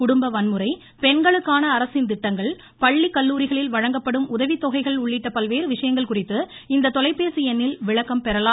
குடும்ப வன்முறை பெண்களுக்கான அரசின் திட்டங்கள் பள்ளிக்கல்லூரிகளில் வழங்கப்படும் உதவித்தொகைகள் உள்ளிட்ட பல்வேறு விசயங்கள் குறித்து இந்த தொலைபேசி எண்ணில் விளக்கம் பெறலாம்